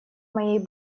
моей